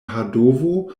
padovo